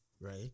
right